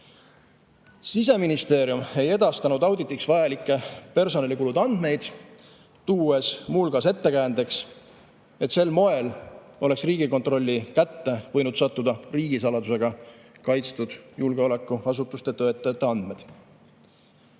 Siseministeerium ei edastanud auditiks vajalikke personalikulude andmeid, tuues muu hulgas ettekäändeks, et sel moel oleks Riigikontrolli kätte võinud sattuda riigisaladusega kaitstud julgeolekuasutuste töötajate